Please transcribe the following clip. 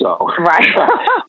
Right